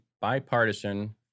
bipartisan